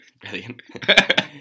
Brilliant